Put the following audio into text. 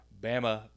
Bama